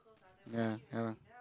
ya ya lah